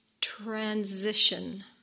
transition